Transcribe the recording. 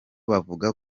bavuga